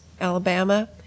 Alabama